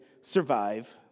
survive